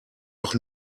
noch